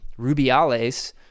Rubiales